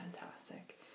fantastic